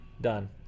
done